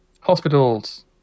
Hospitals